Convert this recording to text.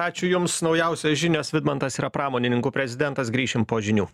ačiū jums naujausios žinios vidmantas yra pramonininkų prezidentas grįšim po žinių